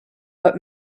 but